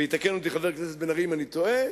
ויתקן אותי חבר הכנסת בן-ארי אם אני טועה,